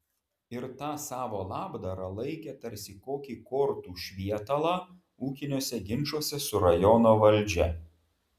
ir tą savo labdarą laikė tarsi kokį kortų švietalą ūkiniuose ginčuose su rajono valdžia